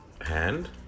hand